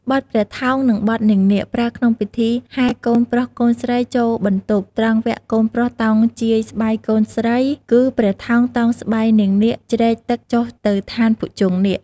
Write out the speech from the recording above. បទព្រះថោង និងបទនាងនាគ ប្រើក្នុងពិធីហែកូនប្រុសកូនស្រីចូលបន្ទប់ ត្រង់វគ្គកូនប្រុសតោងជាយស្បៃកូនស្រី គឺព្រះថោងតោងស្បៃនាងនាគជ្រែកទឹកចុះទៅឋានភុជង្គនាគ។